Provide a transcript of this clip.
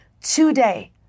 today